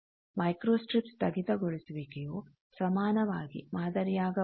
microstrip ಸ್ಥಗಿತಗೊಳಿಸುವಿಕೆಯು ಸಮಾನವಾಗಿ ಮಾದರಿಯಾಗಬಹುದು